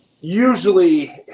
usually